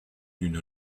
d’une